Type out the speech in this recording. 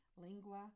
Lingua